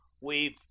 we've